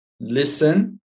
listen